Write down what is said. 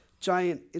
Giant